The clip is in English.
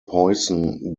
poisson